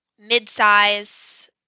mid-size